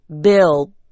Bill